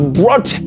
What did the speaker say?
brought